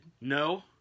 no